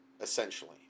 essentially